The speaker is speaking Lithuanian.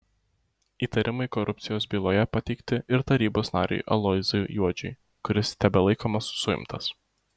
įtarimai korupcijos byloje pateikti ir tarybos nariui aloyzui juodžiui kuris tebelaikomas suimtas